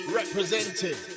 represented